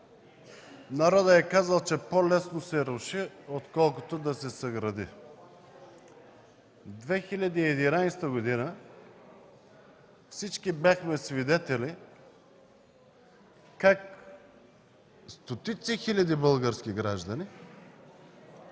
народът е казал, че по-лесно се руши, отколкото да се съгради. През 2011 г. всички бяхме свидетели как стотици хиляди български граждани